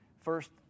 First